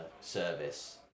service